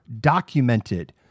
documented